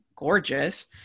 gorgeous